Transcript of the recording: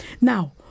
Now